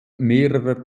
mehrerer